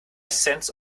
cents